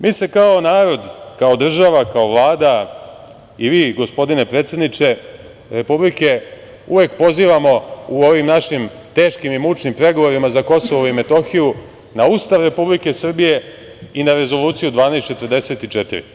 Mi se kao narod, kao država, kao Vlada i vi gospodine predsedniče Republike, uvek pozivamo u ovim našim teškim i mučnim pregovorima za KiM na Ustav Republike Srbije i na Rezoluciju 1244.